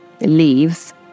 leaves